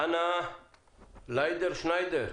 חנה לאידרשניידר